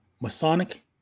Masonic